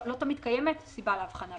לא תמיד קיימת סיבה להבחנה.